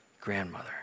grandmother